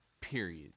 Period